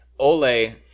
Ole